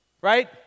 right